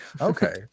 Okay